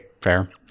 fair